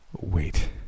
Wait